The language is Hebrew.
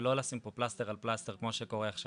ולא לשים פה פלסטר על פלסטר כמו שקורה עכשיו.